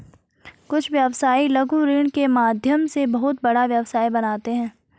कुछ व्यवसायी लघु ऋण के माध्यम से बहुत बड़ा व्यवसाय बनाते हैं